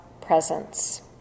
presence